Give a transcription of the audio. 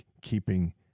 keeping